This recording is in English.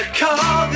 call